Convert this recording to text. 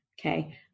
okay